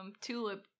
tulip